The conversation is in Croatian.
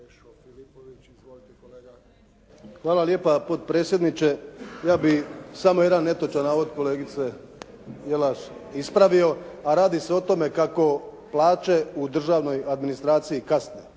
Hvala lijepa potpredsjedniče. Ja bih samo jedan netočan navod kolegice Jelaš ispravio, a radi se o tome kako plaće u državnoj administraciji kasne